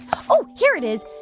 oh, here it is.